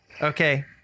Okay